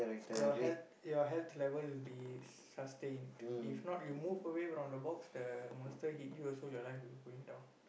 your health your health level will be sustained if not you move away from the box the monster hit you also your life will going down